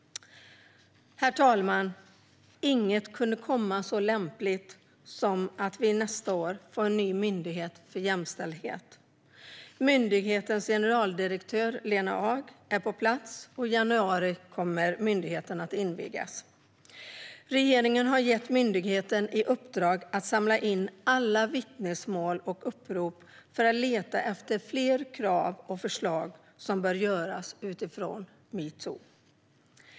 Herr talman! Inget kunde komma så lämpligt som att vi nästa år får en ny myndighet för jämställdhet. Myndighetens generaldirektör Lena Ag är på plats, och i januari kommer myndigheten att invigas. Regeringen har gett myndigheten i uppdrag att samla in alla vittnesmål och upprop för att leta efter fler krav och förslag som bör göras utifrån metoo.